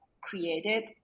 created